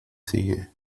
sigue